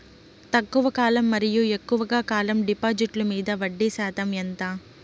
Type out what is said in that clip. తక్కువ కాలం మరియు ఎక్కువగా కాలం డిపాజిట్లు మీద వడ్డీ శాతం ఎంత?